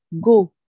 go